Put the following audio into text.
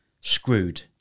screwed